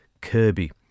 Kirby